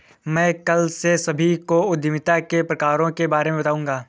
मैं कल से सभी को उद्यमिता के प्रकारों के बारे में बताऊँगा